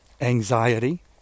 anxiety